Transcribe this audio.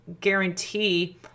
guarantee